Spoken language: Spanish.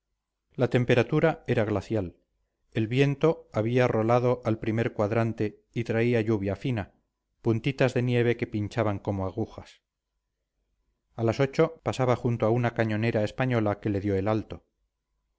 la temperatura era glacial el viento había rolado al primer cuadrante y traía lluvia fina puntitas de nieve que pinchaban como agujas a las ocho pasaba junto a una cañonera española que le dio el alto